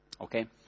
Okay